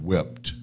Wept